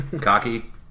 cocky